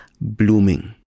blooming